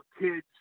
kids